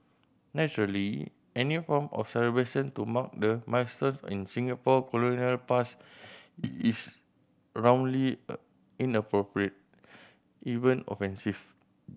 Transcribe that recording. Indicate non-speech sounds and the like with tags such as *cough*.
naturally any form of celebration to mark the milestones in Singapore colonial past is roundly a *unintelligible* even offensive